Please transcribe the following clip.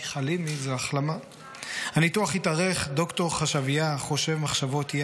כי חלימי זה החלמה / הניתוח התארך / ד"ר חשביה חושב מחשבותיה